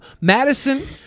Madison